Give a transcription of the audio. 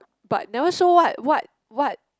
but never show what what what